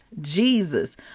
Jesus